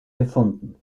gefunden